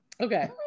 Okay